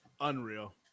Unreal